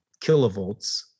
kilovolts